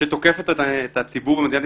הוא ניסיון לפגוע ולהכניס --- במשפט,